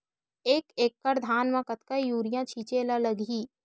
एक एकड़ धान में कतका यूरिया छिंचे ला लगही?